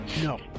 No